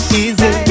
easy